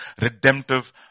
redemptive